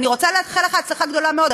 אני רוצה לאחל לך הצלחה גדולה מאוד,